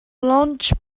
launch